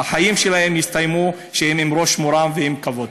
ושהחיים שלהם יסתיימו כשהם עם ראש מורם ועם כבוד.